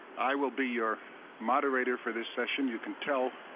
i will be your moderator for this session. you can tell